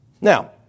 Now